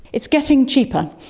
it's getting cheaper.